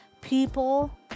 people